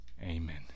amen